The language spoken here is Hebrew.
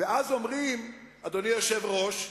אדוני היושב-ראש,